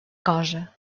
cosa